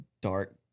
dark